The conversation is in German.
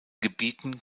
gebieten